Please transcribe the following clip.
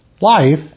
life